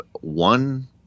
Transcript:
one